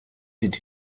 did